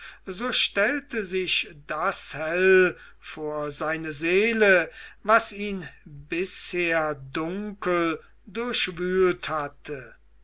so stellte sich das hell vor seine seele was ihn bisher dunkel durchwühlt hatte